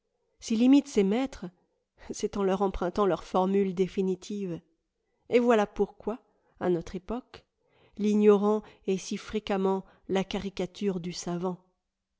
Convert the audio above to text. s'il imite ses maîtres c'est en leur empruntant leurs formules définitives et voilà pourquoi à notre époque l'ignorant est si fréquemment la caricature du savant